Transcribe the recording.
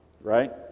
right